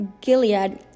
Gilead